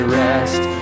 rest